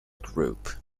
group